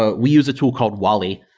ah we use a tool called wally,